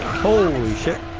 polish it